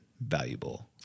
valuable